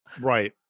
Right